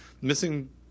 Missing